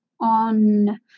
on